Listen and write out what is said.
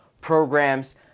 programs